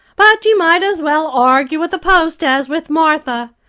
but you might as well argue with a post as with martha.